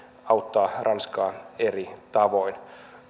auttaa ranskaa eri tavoin